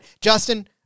Justin